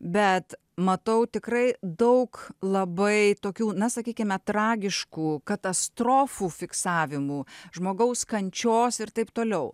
bet matau tikrai daug labai tokių na sakykime tragiškų katastrofų fiksavimų žmogaus kančios ir taip toliau